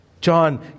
John